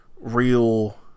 real